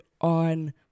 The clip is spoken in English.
on